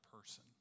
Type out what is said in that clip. person